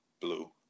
blue